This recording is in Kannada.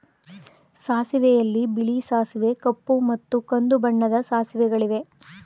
ಸಾಸಿವೆಯಲ್ಲಿ ಬಿಳಿ ಸಾಸಿವೆ ಕಪ್ಪು ಮತ್ತು ಕಂದು ಬಣ್ಣದ ಸಾಸಿವೆಗಳಿವೆ